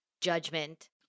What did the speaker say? judgment